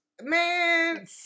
Man